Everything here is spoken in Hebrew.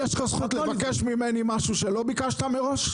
יש לך זכות לבקש ממני משהו, שלא ביקשת מראש?